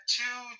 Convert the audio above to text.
two